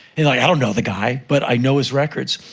and i don't know the guy, but i know his records.